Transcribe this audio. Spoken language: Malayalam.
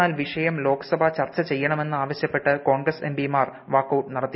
എന്നാൽ വിഷയം ലോക്സഭ ചർച്ച ചെയ്യണമെന്ന് ആവശ്യപ്പെട്ട് കോൺഗ്രസ് എംപിമാർ വാക്കൌട്ട് നടത്തി